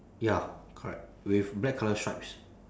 ya correct with black colour stripes